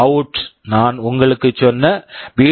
out PwmOutநான் உங்களுக்கு சொன்ன பி